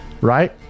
right